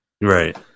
Right